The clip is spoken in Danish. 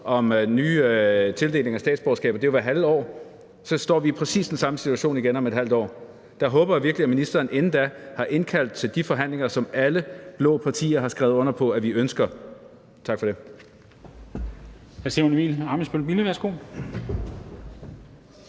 om tildeling af statsborgerskab hvert halve år. Så står vi præcis i den samme situation igen om et halvt år. Der håber jeg virkelig, at ministeren inden da har indkaldt til de forhandlinger, som alle blå partier har skrevet under på at vi ønsker. Tak for det.